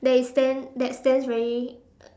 that is stand that stands very